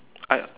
I uh